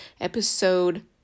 episode